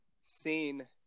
seen